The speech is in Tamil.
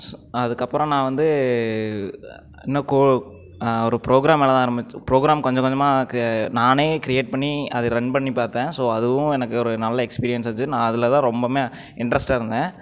அதுக்கப்புறம் நான் வந்து இன்னும் கோ ஒரு ப்ரோக்ராம் மேலே தான் ப்ரோக்ராம் கொஞ்சம் கொஞ்சமாக க நானே க்ரியேட் பண்ணி அதை ரன் பண்ணி பார்த்தேன் ஸோ அதுவும் எனக்கு ஒரு நல்ல எக்ஸ்பீரியன்ஸாக ஆச்சு நான் அதில் தான் ரொம்பவுமே இன்டரஸ்டாக இருந்தேன்